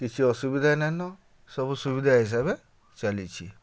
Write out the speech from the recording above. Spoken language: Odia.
କିଛି ଅସୁବିଧା ନାଇନ ସବୁ ସୁବିଧା ହିସାବେ ଚାଲିଛେ